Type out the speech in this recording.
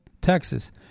Texas—